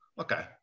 okay